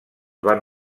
van